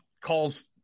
calls